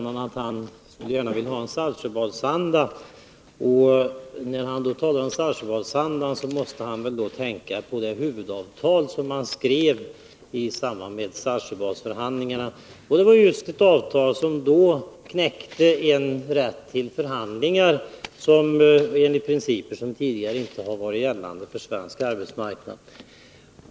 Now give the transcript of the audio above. Fru talman! Bengt Wittbom sade i slutet av sitt anförande att han gärna vill ha en Saltsjöbadsanda. Då tänker han väl på det huvudavtal som skrevs i samband med Saltsjöbadsförhandlingarna. Det var just ett avtal som knäckte frågan om rätt till förhandlingar. En sådan rätt hade tidigare inte gällt på svensk arbetsmarknad.